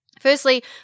Firstly